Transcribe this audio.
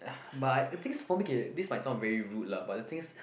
but the things for me k this might sound very rude lah but the things